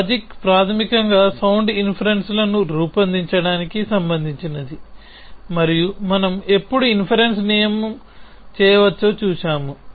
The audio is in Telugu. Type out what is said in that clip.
లాజిక్ ప్రాథమికంగా సౌండ్ ఇన్ఫెరెన్స్లను రూపొందించడానికి సంబంధించినది మరియు మనం ఎప్పుడు ఇన్ఫెరెన్స్ నియమం చేయవచ్చో చూశాము